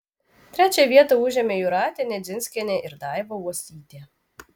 trečią vietą užėmė jūratė nedzinskienė ir daiva uosytė